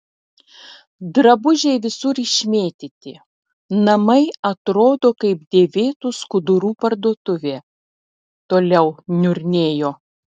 drabužiai visur išmėtyti namai atrodo kaip dėvėtų skudurų parduotuvė toliau niurnėjo